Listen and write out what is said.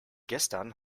gestern